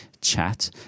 chat